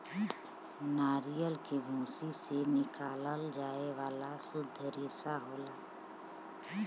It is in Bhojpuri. नरियल के भूसी से निकालल जाये वाला सुद्ध रेसा होला